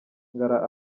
ngara